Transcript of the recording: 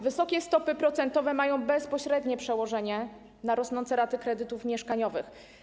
Wysokie stopy procentowe mają bezpośrednie przełożenie na rosnące raty kredytów mieszkaniowych.